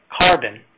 carbon